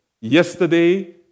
yesterday